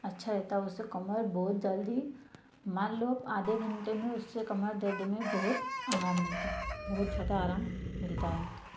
अच्छा रहता है उससे कमर बहुत जल्दी मान लो आधे घंटे में उससे कमर दर्द में बहुत आराम मिलता है बहुत ज़्यादा आराम मिलता है